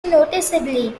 noticeably